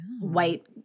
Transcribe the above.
white